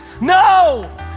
No